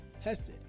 Hesed